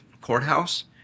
courthouse